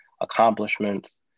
accomplishments